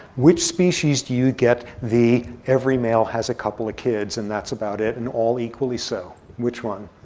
which species do you get the every male has a couple of kids, and that's about it, and all equally so? which one?